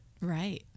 right